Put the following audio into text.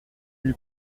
lui